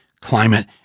climate